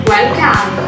Welcome